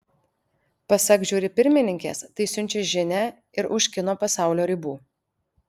pasak žiuri pirmininkės tai siunčia žinią ir už kino pasaulio ribų